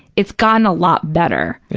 it's gotten a lot better.